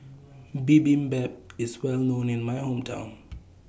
Bibimbap IS Well known in My Hometown